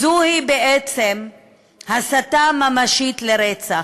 זו בעצם הסתה ממשית לרצח,